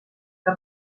que